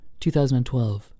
2012